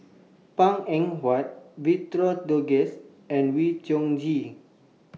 Png Eng Huat Victor Doggett and Wee Chong Jin